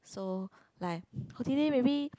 so like holiday maybe